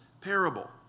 parable